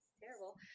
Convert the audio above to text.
terrible